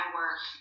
work